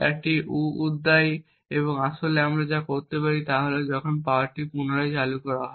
অ উদ্বায়ী এবং আমরা আসলে যা করতে পারি তা হল যখন পাওয়ারটি পুনরায় চালু করা হয়